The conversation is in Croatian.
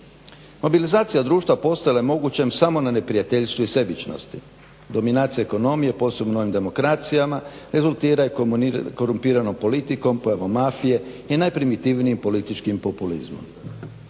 Mobilizacija društva postojala mogućem samo na neprijateljskoj sebičnosti, dominacija ekonomije posebno na demokracijama rezultiraju korumpiranom politikom pojavom mafije i najprimitivnijem političkim populizmom.